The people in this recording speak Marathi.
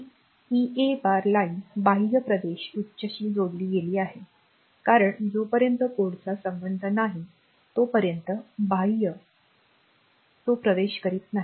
ही ईए बार लाइन बाह्य प्रवेश उच्चशी जोडली गेली आहे कारण जोपर्यंत कोडचा संबंध नाही तोपर्यंत बाह्य तो प्रवेश करीत नाही